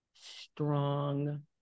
strong